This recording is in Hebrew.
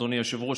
אדוני היושב-ראש,